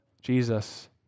Jesus